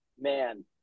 man